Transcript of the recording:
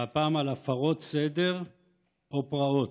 והפעם, על הפרות סדר או פרעות.